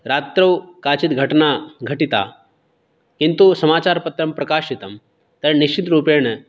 रात्रौ काचिद् घटना घटिता किन्तु समाचारपत्रं प्रकाशितं तद् निश्चितरूपेण